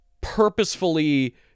purposefully